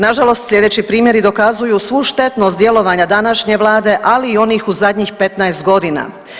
Nažalost slijedeći primjeri dokazuju svu štetnost djelovanja današnje vlade, ali i onih u zadnjih 15 godina.